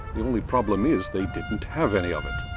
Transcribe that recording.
the only problem is they didn't have any of it.